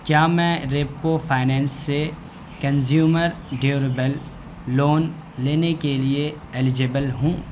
کیا میں ریپکو فائننس سے کنزیومر ڈیوریبل لون لینے کے لیے ایلیجیبل ہوں